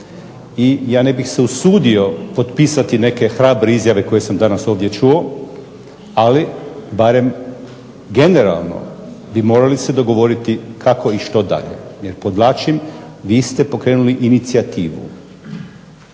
i ja ne bih se usudio potpisati neke hrabre izjave koje sam danas ovdje čuo, ali barem generalno bi morali se dogovoriti kako i što dalje, jer podvlačim vi ste pokrenuli inicijativu.